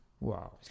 Wow